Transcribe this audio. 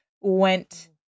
went